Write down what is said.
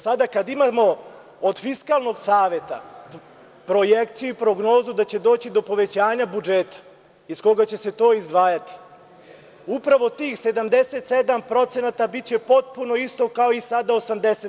Sada kada imamo od Fiskalnog saveta projekciju i prognozu da će doći do povećanja budžeta iz koga će se to izdvajati, upravo tih 77% biće potpuno isto kao i sada 80%